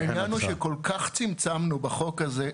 העניין הוא שכל כך צמצמנו בחוק הזה,